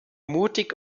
mutig